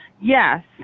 Yes